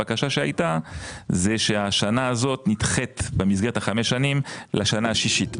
הבקשה שהייתה היא שהשנה הזאת נדחית במסגרת חמש השנים לשנה השישית.